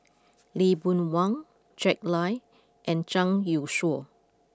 Lee Boon Wang Jack Lai and Zhang Youshuo